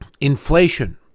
Inflation